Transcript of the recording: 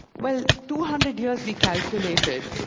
well two hundred years, we calculated,